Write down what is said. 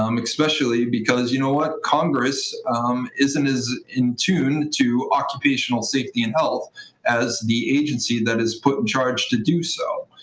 um especially because, you know what, congress isn't as in tune to occupational safety and health as the agency that is put in charge to do so.